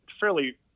fairly